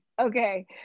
Okay